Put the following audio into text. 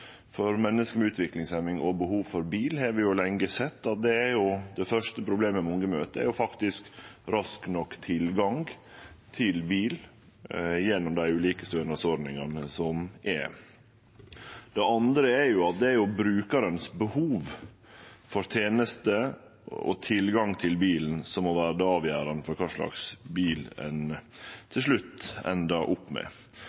For menneske med utviklingshemming og behov for bil har vi lenge sett at det første problemet mange møter, faktisk er rask nok tilgang til bil gjennom dei ulike stønadsordningane som er. Det andre er at det er brukarane sine behov for tenester og tilgang til bil som må vere det avgjerande for kva slags bil ein til slutt endar opp med.